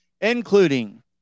including